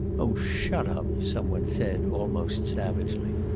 oh, shut up! some one said, almost savagely.